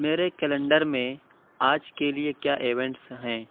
میرے کیلنڈر میں آج کے لیے کیا ایونٹس ہیں